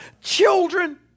Children